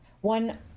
One